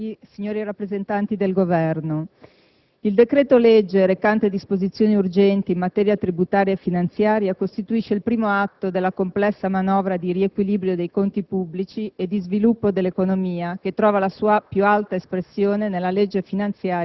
Questa finanziaria ha cercato di guardare al futuro, di accontentare tutti gli interessi. Adesso è tempo di mettere da parte le polemiche e cercare di collaborare per il bene del Paese,